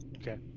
Okay